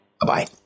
Bye-bye